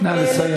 נא לסיים.